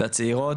והצעירות,